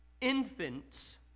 infants